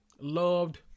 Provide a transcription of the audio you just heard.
loved